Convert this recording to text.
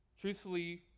Truthfully